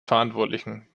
verantwortlichen